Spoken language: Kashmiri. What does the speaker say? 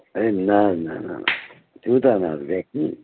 ہے نہَ حظ نہَ نہَ تیٛوٗتاہ نہَ حظ گژھِ نہٕ